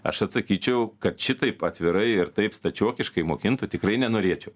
aš atsakyčiau kad šitaip atvirai ir taip stačiokiškai mokintų tikrai nenorėčiau